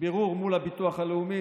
בירור מול הביטוח הלאומי,